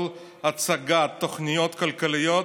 כל הצגת תוכניות כלכליות,